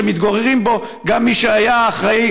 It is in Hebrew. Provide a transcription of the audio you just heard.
שמתגוררים בו גם מי שהיה אחראי